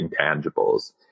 intangibles